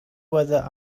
whether